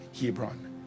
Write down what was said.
Hebron